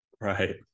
Right